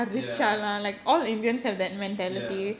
ya ya